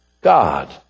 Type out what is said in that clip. God